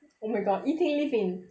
oh my god yi ting live in